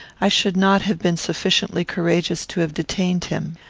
i should not have been sufficiently courageous to have detained him.